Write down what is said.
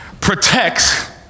protects